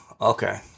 okay